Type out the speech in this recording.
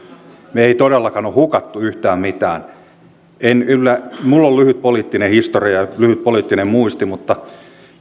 me emme todellakaan ole hukanneet yhtään mitään minulla on lyhyt poliittinen historia ja lyhyt poliittinen muisti mutta